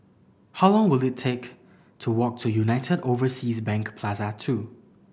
how long will it take to walk to United Overseas Bank Plaza Two